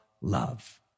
love